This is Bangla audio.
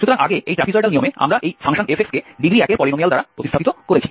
সুতরাং আগে এই ট্র্যাপিজয়েডাল নিয়মে আমরা এই f কে ডিগ্রী 1 এর পলিনোমিয়াল দ্বারা প্রতিস্থাপিত করেছি